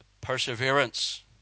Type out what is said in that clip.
perseverance